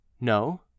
No